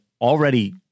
already